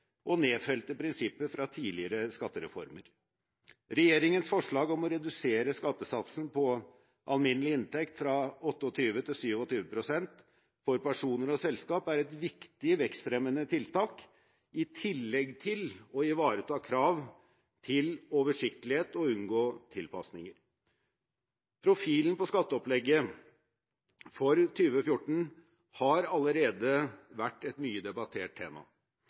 og nedfelte prinsipper fra tidligere skattereformer. Regjeringens forslag om å redusere skattesatsen på alminnelig inntekt fra 28 til 27 pst. for personer og selskaper er et viktig vekstfremmende tiltak i tillegg til å ivareta krav til oversiktlighet og unngå tilpasninger. Profilen på skatteopplegget for 2014 har allerede vært et mye debattert tema.